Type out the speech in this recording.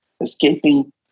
Escaping